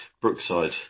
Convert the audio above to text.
Brookside